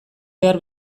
behar